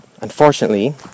unfortunately